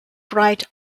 bright